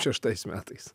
šeštais metais